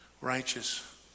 righteous